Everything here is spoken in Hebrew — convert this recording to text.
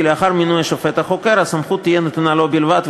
כי לאחר מינוי השופט החוקר הסמכות תהיה נתונה לו בלבד,